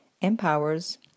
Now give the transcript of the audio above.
empowers